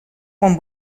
quan